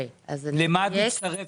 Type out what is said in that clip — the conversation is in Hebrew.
למה את מצטרפת?